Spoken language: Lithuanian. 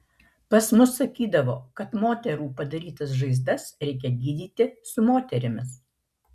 pas mus sakydavo kad moterų padarytas žaizdas reikia gydyti su moterimis